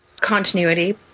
continuity